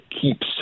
keeps